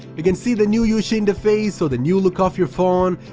you can see the new user interface, or the new look of your phone,